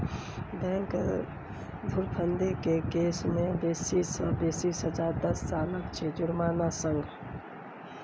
bank धुरफंदी केर case मे बेसी सँ बेसी सजा दस सालक छै जुर्माना संग